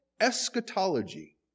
eschatology